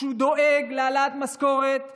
שדואג להעלאת משכורת שלכם,